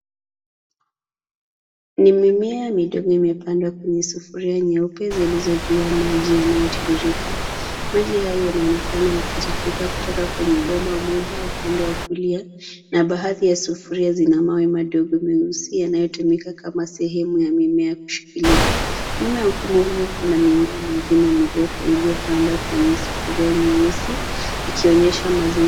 Ni mimea midogo imepandwa kwenye sufuria zilizo juu ya maji inayotiririka. Maji hayo yanaonekana yakitiririka kutoka kwenye bomba moja upande wa kulia na baadhi ya sufuri zina mawe madogo meusi yanayotumika kama sehemu ya mimea kushikilia. Nyuma ya mfumo huo kuna mimea mingine mirefu iliyopandwa kwenye sufuria nyeusi ikionyesha mazingira.